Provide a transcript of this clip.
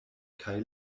kaj